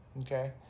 Okay